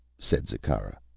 said zikkara,